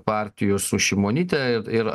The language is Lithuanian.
partijų su šimonyte ir ir